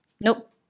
Nope